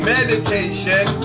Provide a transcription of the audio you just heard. Meditation